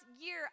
year